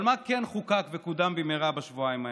אבל מה כן חוקק וקודם במהירה בשבועיים האלו?